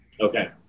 Okay